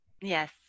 Yes